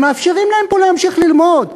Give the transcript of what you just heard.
ומאפשרים להם פה להמשיך ללמוד.